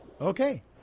Okay